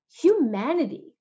humanity